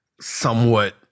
somewhat